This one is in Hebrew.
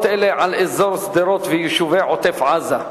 אלה על אזור שדרות ויישובי עוטף-עזה.